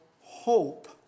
hope